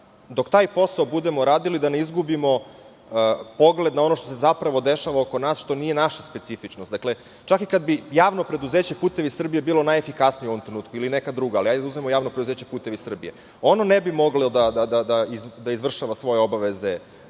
dok taj posao budemo radili, da ne izgubimo pogled na ono što se zapravo dešava oko nas, što nije naša specifičnost. Dakle, čak i kad bi JP "Putevi Srbije" bilo najefikasnije u ovom trenutku, ili neka druga, ali hajde da uzmemo JP "Putevi Srbije", ono ne bi moglo da izvršava svoje obaveze